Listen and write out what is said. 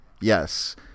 yes